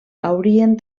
haurien